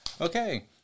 Okay